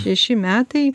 šeši metai